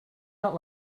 not